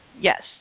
Yes